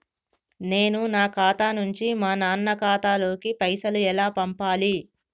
నేను నా ఖాతా నుంచి మా నాన్న ఖాతా లోకి పైసలు ఎలా పంపాలి?